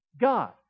God